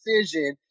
decision